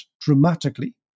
dramatically